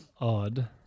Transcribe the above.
odd